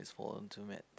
fall onto maths